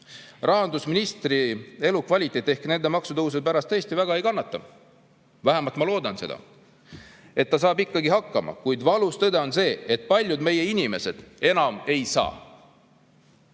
Rahandusministri elukvaliteet ehk nende maksutõusude pärast tõesti väga ei kannata. Vähemalt ma loodan seda, et ta saab hakkama. Kuid valus tõde on see, et paljud meie inimesed enam ei saa